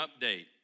update